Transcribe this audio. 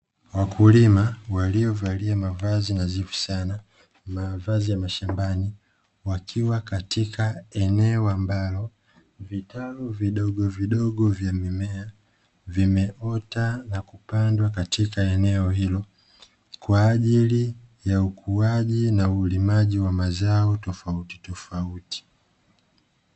Wakulima waliovalia mavazi nadhifu sana, mavazi ya mashambani wakiwa katika eneo ambalo vitalu vidogovidogo vya mimea vimeota na kupandwa katika eneo hilo kwa ajili ya ukuaji na ulimaji wa mazao tofautitofauti.